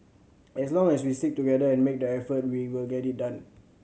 as long as we stick together and make the effort we will get it done